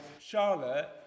Charlotte